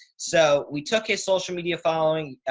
so we took his social media following.